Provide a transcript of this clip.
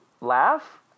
laugh